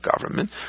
government